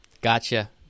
Gotcha